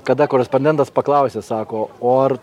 kada korespondentas paklausė sako o ar